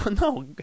no